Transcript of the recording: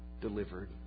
delivered